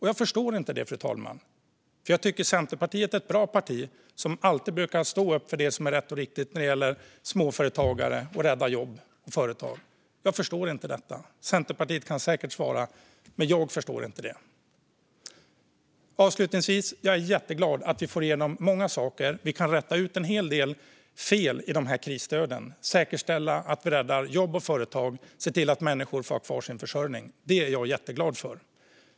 Jag förstår inte. Jag tycker att Centerpartiet är ett bra parti som alltid brukar stå upp för det som är rätt och riktigt för småföretagare och för att rädda jobb i småföretag. Centerpartiet kan säkert svara, men jag förstår inte. Jag är jätteglad att vi får igenom många saker. Vi kan räta ut en hel del fel i krisstöden, säkerställa att vi räddar jobb och företag samt se till att människor har kvar sin försörjning. Det är jag jätteglad för.